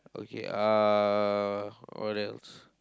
okay uh what else